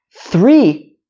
three